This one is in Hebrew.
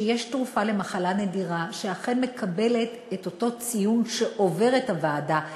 שיש תרופה למחלה נדירה שאכן מקבלת את אותו ציון שעובר את הוועדה,